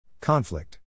Conflict